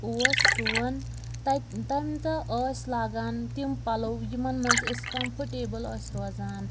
اوس سُون تَتہِ تَمہِ دۄہ ٲسۍ لاگان تِم پَلوٚو یِمَن منٛز أسۍ کَمفٲرٹیبٕل ٲسۍ روزان